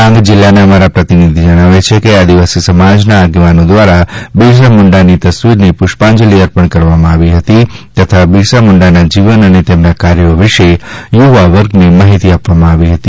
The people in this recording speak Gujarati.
ડાંગ જિલ્લાના અમારા પ્રતિનિધિ જણાવે છે કે આદિવાસી સમાજના આગેવાનો દ્વારા બિરસા મુંડાની તસવીરને પુષ્પાંજલી અર્પણ કરવામાં આવી હતી તથા બિરસા મુંડાના જીવન અને તેમના કાર્યો વિશે યુવા વર્ગને માહિતી આપવામાં આવી હતી